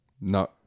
No